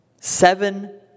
Seven